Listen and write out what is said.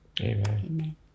Amen